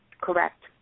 Correct